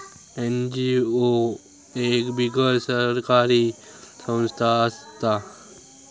NGO एक बिगर सरकारी संस्था असता